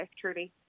truly